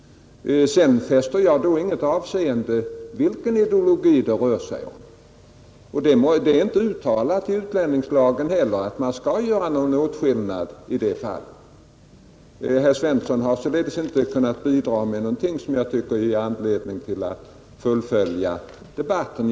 Sedan fäster jag inget avseende vid vilken ideologi det rör sig om. Det är inte heller uttalat i utlänningslagen att man skall göra någon åtskillnad i det fallet. Herr Svensson har således inte kunnat bidra med någonting som ger anledning att fortsätta debatten.